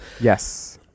Yes